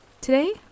Today